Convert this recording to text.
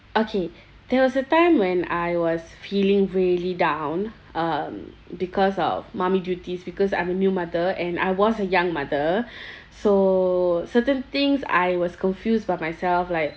okay there was a time when I was feeling really down um because of mummy duties because I'm a new mother and I was a young mother so certain things I was confused by myself like